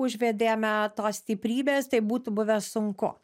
užvedėme tos stiprybės tai būtų buvę sunku